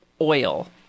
oil